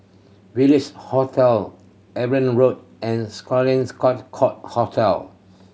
Village Hotel Evelyn Road and Sloane Court Hotel